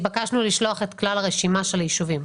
נתבקשנו לשלוח את כלל הרשימה של היישובים.